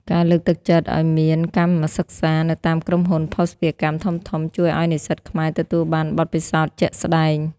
ការលើកទឹកចិត្តឱ្យមាន "កម្មសិក្សា" នៅតាមក្រុមហ៊ុនភស្តុភារកម្មធំៗ ជួយឱ្យនិស្សិតខ្មែរទទួលបានបទពិសោធន៍ជាក់ស្ដែង។